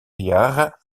jaar